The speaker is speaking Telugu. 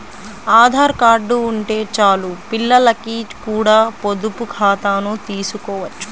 ఆధార్ కార్డు ఉంటే చాలు పిల్లలకి కూడా పొదుపు ఖాతాను తీసుకోవచ్చు